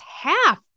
half